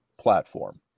platform